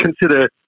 consider